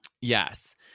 Yes